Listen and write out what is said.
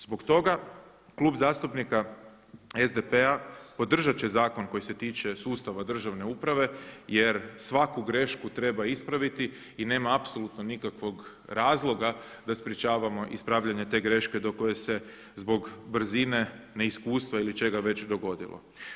Zbog toga Klub zastupnika SDP-a podržati zakon koji se tiče sustava državne uprave jer svaku grešku treba ispraviti i nema apsolutno nikakvog razloga da sprečavamo ispravljanje te greške do koje se zbog brzine, neiskustva ili čega već dogodilo.